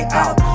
out